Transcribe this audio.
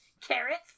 Carrots